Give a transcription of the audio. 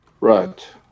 Right